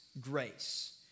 grace